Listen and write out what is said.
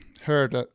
heard